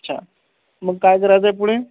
अच्छा मग काय करायचंय आहे पुढे